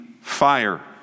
fire